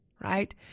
right